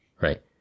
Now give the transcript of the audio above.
right